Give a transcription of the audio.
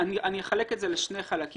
אני אחלק את זה לשני חלקים.